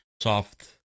soft